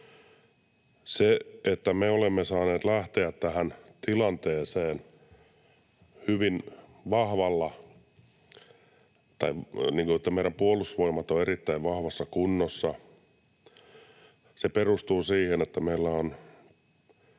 Se, että me olemme saaneet lähteä tähän tilanteeseen niin, että meidän Puolustusvoimat on erittäin vahvassa kunnossa, perustuu siihen, että meillä on